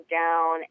down